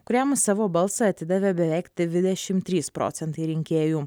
kuriam savo balsą atidavė beveik dvidešimt trys procentai rinkėjų